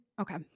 Okay